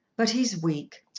but he's weak.